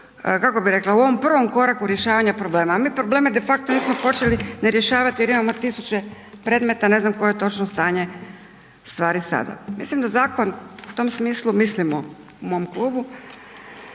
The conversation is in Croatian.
kako bi rekla u ovom prvom koraku rješavanja problema, a mi probleme de facto nismo počeli ni rješavati jer imamo tisuće predmeta ne znam koje točno stanje stvari sada. Mislim da zakon u tom smislu, mislimo u mom klubu,